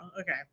Okay